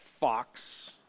Fox